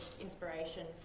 inspiration